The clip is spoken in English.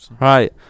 Right